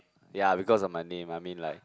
ya because of my name I mean like